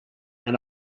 and